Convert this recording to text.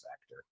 factor